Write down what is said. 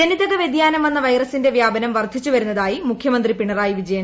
ജനിതക വൃതിയാനം വന്ന വൈറസിന്റെ പ്യാപനം വർദ്ധിച്ചുവരുന്നതായി മുഖൃമന്ത്രി പിണ്ണറായി വിജയൻ